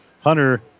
Hunter